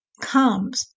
comes